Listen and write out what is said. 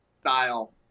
style